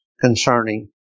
concerning